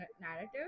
narrative